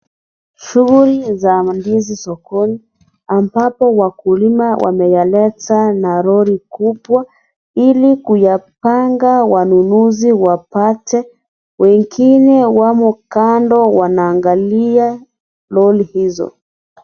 Shughuli za ndizi sokoni ambapo wakulima wameyalete sokoni ili kuyapanga wanunuzi wapate, wengine wako kando wanaangalia lori hizo.